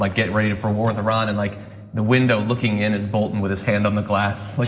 like get ready to for war with iran. and like the window looking in, as bolton, with his hand on the glass, like